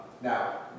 Now